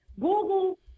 Google